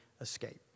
escape